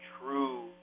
true